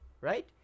Right